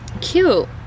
Cute